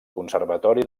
conservatori